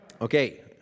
Okay